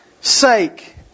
sake